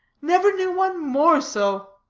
never knew one more so.